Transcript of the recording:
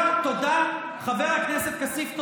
חבר הכנסת כסיף,